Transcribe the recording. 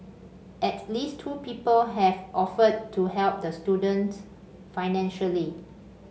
at least two people have offered to help the student financially